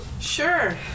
Sure